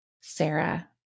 Sarah